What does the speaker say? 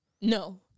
No